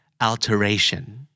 Alteration